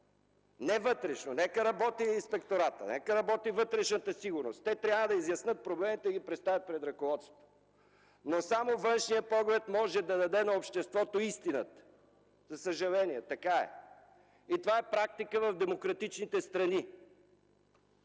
не вътрешно. Нека работи Инспекторатът, нека работи „Вътрешна сигурност”! Те трябва да изяснят проблемите и да ги представят пред ръководството, но само външният поглед може да даде на обществото истината, за съжаление е така! И това е практика в демократичните страни.